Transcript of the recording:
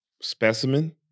specimen